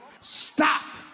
Stop